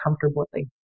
comfortably